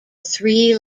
three